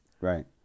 Right